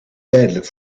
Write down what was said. tijdelijk